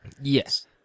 Yes